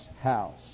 house